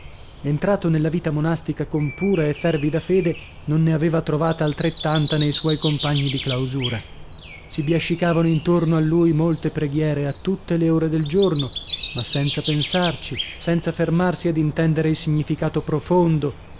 entrato nella vita monastica con pura e fervida fede non ne aveva trovata altrettanta ne suoi compagni di clausura si biascicavano intorno a lui molte preghiere a tutte le ore del giorno ma senza pensarci senza fermarsi ad intenderne il significato profondo